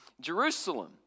Jerusalem